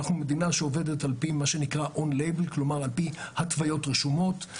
אנחנו מדינה שעובדת על פי התוויות רשומות,